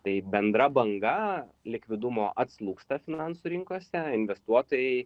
tai bendra banga likvidumo atslūgsta finansų rinkose investuotojai